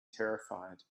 terrified